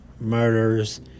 murders